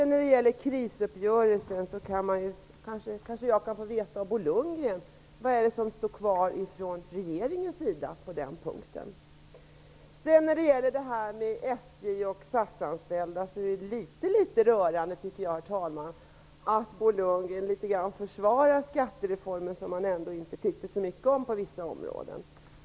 När det gäller krisuppgörelsen kanske jag kan få veta av Bo Lundgren vad som står kvar från regeringens sida på den punkten. När det gäller de SJ och SAS-anställda är det litet rörande att Bo Lundgren försvarar skattereformen, som han ändå inte tyckte så mycket om på vissa områden.